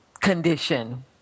condition